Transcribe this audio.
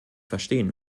verstehen